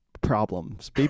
problems